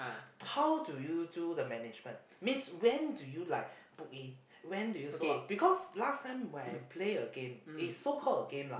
how do you do the management means when do you like book in when do you sold out because last time when I play a game so called a game lah